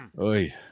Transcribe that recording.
Oi